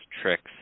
tricks